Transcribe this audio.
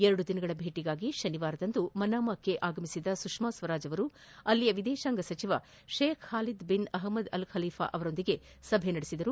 ಎರಡು ದಿನಗಳ ಭೇಟಿಗಾಗಿ ಶನಿವಾರ ಮನಾಮಕ್ಕೆ ಆಗಮಿಸಿದ ಸುಷ್ನಾ ಸ್ವರಾಜ್ ಅಲ್ಲಿನ ವಿದೇಶಾಂಗ ಸಚಿವ Sheikh Khalid bin Ahmed Al Khalifa ಅವರೊಂದಿಗೆ ಸಭೆ ನಡೆಸಿದರು